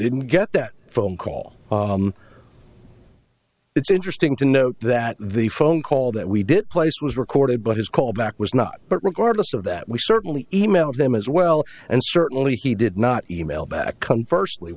didn't get that phone call it's interesting to note that the phone call that we did place was recorded but his callback was not but regardless of that we certainly e mailed them as well and certainly he did not e mail back come firstly